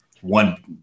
one